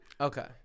Okay